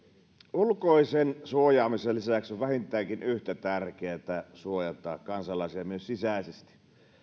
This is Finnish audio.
ulkoisen suojaamisen lisäksi on vähintäänkin yhtä tärkeätä suojata kansalaisia myös sisäisesti